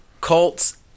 Colts